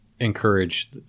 encourage